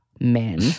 men